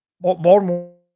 Baltimore